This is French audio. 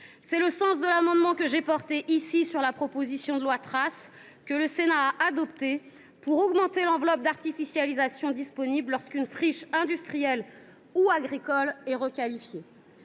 est le sens de l’amendement que j’ai défendu sur la présente proposition de loi, et que le Sénat a adopté, visant à augmenter l’enveloppe d’artificialisation disponible lorsqu’une friche industrielle ou agricole est requalifiée.